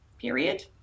period